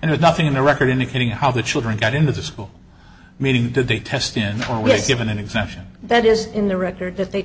and there's nothing in the record indicating how the children got in the school meeting to the test in four weeks given an exemption that is in the record that they